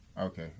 Okay